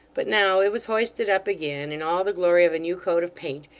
but, now, it was hoisted up again in all the glory of a new coat of paint,